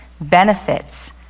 benefits